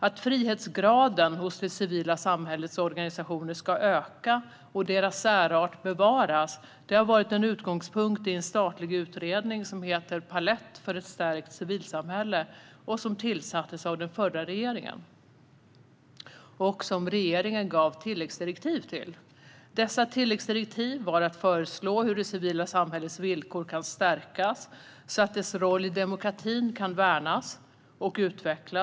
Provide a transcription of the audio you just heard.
Att frihetsgraden hos det civila samhällets organisationer ska öka och deras särart bevaras har varit en utgångspunkt i en statlig utredning som heter Palett för ett stärkt civilsamhälle . Utredningen tillsattes av den förra regeringen, och den har fått tilläggsdirektiv av nuvarande regering. Tilläggsdirektiven innebar att man skulle föreslå hur det civila samhällets villkor kan stärkas så att dess roll i demokratin kan värnas och utvecklas.